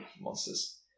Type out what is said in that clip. monsters